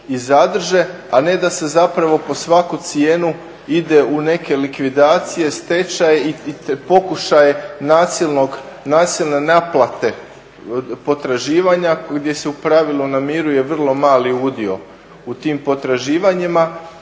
i zadrže, a ne da se zapravo pod svaku cijenu ide u neke likvidacije, stečaj i pokušaj nasilne naplate potraživanja gdje se u pravilu namiruje vrlo mali udio u tim potraživanjima,